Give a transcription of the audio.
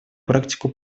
практику